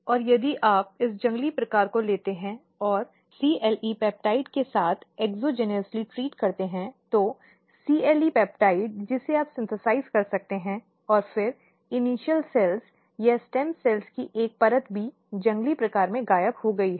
और यदि आप इस जंगली प्रकार को लेते हैं और CLE पेप्टाइड के साथ एक्सोजेन्सली ट्रीट करते हैं तो CLE पेप्टाइड जिसे आप संश्लेषित कर सकते हैं और फिर प्रारंभिक कोशिकाओं या स्टेम कोशिकाओं की एक परत भी जंगली प्रकार में गायब हो गई है